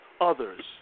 others